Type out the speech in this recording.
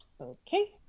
Okay